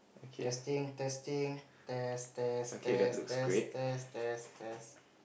testing testing test test test test test test test